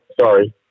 sorry